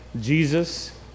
Jesus